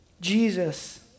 Jesus